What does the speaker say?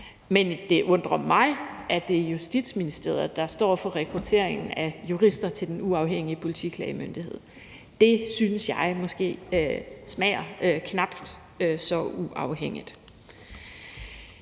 Men det undrer mig, at det er Justitsministeriet, der står for rekrutteringen af jurister til Den Uafhængige Politiklagemyndighed. Det synes jeg måske smager knap så uafhængigt.